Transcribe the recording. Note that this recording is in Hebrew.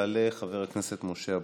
יעלה חבר הכנסת משה אבוטבול.